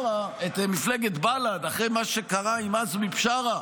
מפלגת בל"ד אחרי מה שקרה עם עזמי בשארה,